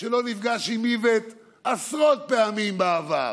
שלא נפגש עם איווט עשרות פעמים בעבר,